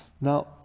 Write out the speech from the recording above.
Now